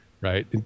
right